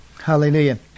Hallelujah